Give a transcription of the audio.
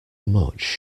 much